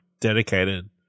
dedicated